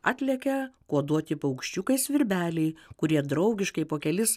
atlekia kuoduoti paukščiukai svirbeliai kurie draugiškai po kelis